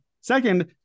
Second